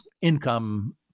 income